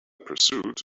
pursuit